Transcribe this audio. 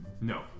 No